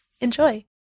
Enjoy